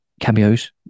cameos